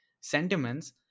sentiments